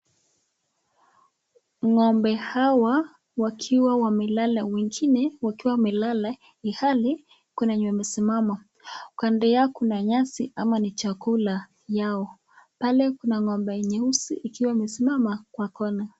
Ng'ombe hawa wakiwa wamelala wengine wakiwa wamelala ilhali kuna wenye wamesimama. Kando yao kuna nyasi ama ni chakula yao. Pale kuna ng'ombe nyeusi ikiwa imesimama kwa kona.